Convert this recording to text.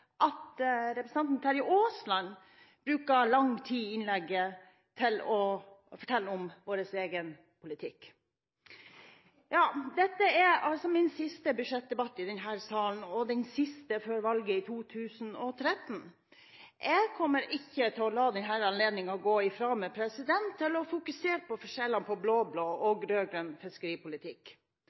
Terje Aasland brukte lang tid i innlegget sitt til å fortelle om vår politikk. Dette er min siste budsjettdebatt i denne salen og den siste før valget i 2013. Jeg kommer ikke til å la denne anledningen til å fokusere på forskjellene på blå-blå og rød-grønn fiskeripolitikk